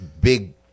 big